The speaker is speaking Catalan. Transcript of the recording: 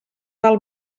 del